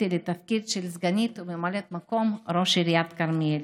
לתפקיד של סגנית וממלאת מקום ראש עיריית כרמיאל.